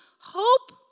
hope